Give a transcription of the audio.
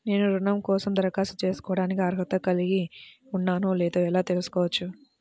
నేను రుణం కోసం దరఖాస్తు చేసుకోవడానికి అర్హత కలిగి ఉన్నానో లేదో ఎలా తెలుసుకోవచ్చు?